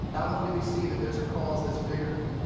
not only do we see that there's a cause that's bigger.